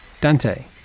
Dante